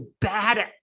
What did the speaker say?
bad